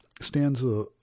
stanza